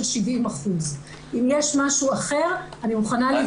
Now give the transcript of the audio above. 70%. אם יש משהו אחר אני מוכנה לבדוק.